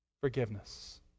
forgiveness